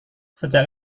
sejak